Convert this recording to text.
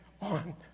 on